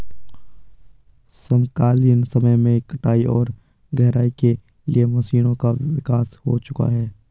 समकालीन समय में कटाई और गहराई के लिए मशीनों का विकास हो चुका है